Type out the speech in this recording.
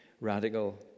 radical